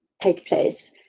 take place.